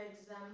exam